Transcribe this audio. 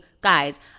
guys